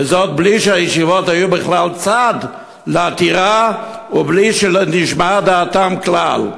וזה בלי שהישיבות היו בכלל צד לעתירה ובלי שנשמעה דעתן כלל.